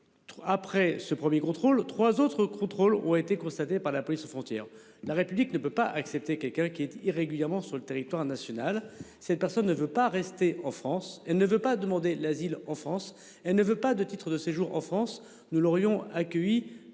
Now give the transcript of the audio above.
Après ce 1er contrôle trois autres contrôles ont été constatés par la police aux frontières. La République ne peut pas accepter quelqu'un qui est irrégulièrement sur le territoire national. Cette personne ne veut pas rester en France, elle ne veut pas demander l'asile en France. Elle ne veut pas de titre de séjour en France, nous l'aurions accueilli